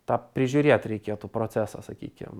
tą prižiūrėt reikėtų procesą sakykim